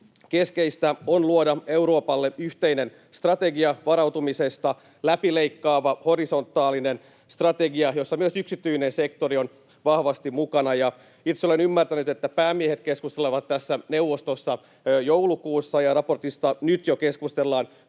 keskeistä on luoda Euroopalle yhteinen strategia varautumisesta — läpileikkaava, horisontaalinen strategia, jossa myös yksityinen sektori on vahvasti mukana. Ja itse olen ymmärtänyt, että päämiehet keskustelevat tästä neuvostossa joulukuussa, ja raportista nyt jo keskustellaan